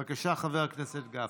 בבקשה, חבר הכנסת גפני.